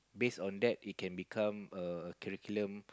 base on that it can become a curriculum